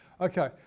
okay